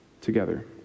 together